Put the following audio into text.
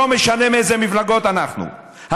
לא משנה מאיזה מפלגות אנחנו,